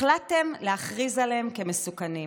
החלטתם להכריז עליהם כמסוכנים.